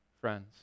friends